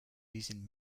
using